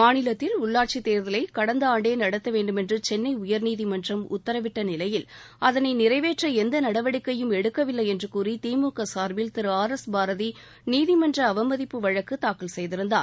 மாநிலத்தில் உள்ளாட்சித் தேர்தலை கடந்த ஆண்டே நடத்த வேண்டுமென்று சென்னை உயர்நீதிமன்றம் உத்தரவிட்ட நிலையில் அதனை நிறைவேற்ற எந்த நடவடிக்கையும் எடுக்கவில்லை என்று கூறி திமுக சார்பில் திரு ஆர் எஸ் பாரதி நீதிமன்ற அவமதிப்பு வழக்கு தாக்கல் செய்திருந்தார்